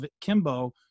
Kimbo